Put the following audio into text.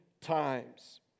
times